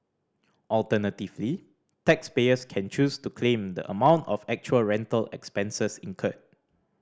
alternatively taxpayers can choose to claim the amount of actual rental expenses incurred